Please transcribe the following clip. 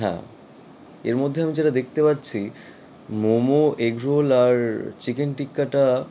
হ্যাঁ এর মধ্যে আমি যেটা দেখতে পারছি মোমো এগরোল আর চিকেন টিক্কাটা